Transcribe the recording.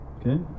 Okay